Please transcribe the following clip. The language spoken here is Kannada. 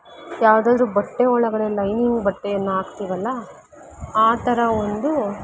ಯಾವುದಾದ್ರೂ ಬಟ್ಟೆ ಒಳಗಡೆ ಲೈನಿಂಗ್ ಬಟ್ಟೆಯನ್ನು ಹಾಕ್ತಿವಲ್ಲ ಆ ಥರ ಒಂದು